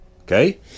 okay